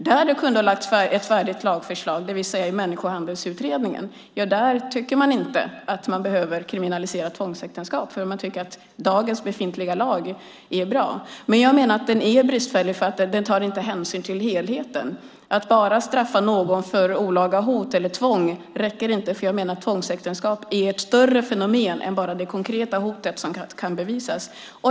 Där det kunde ha lagts fram ett färdigt lagförslag, det vill säga i människohandelsutredningen, tycker man inte att vi behöver kriminalisera tvångsäktenskap. Man tycker att dagens befintliga lag är bra. Men jag menar att den är bristfällig därför att den inte tar hänsyn till helheten. Att bara straffa någon för olaga hot eller tvång räcker inte. Tvångsäktenskap är ett större fenomen än bara det konkreta hot som kan bevisas.